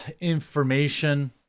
information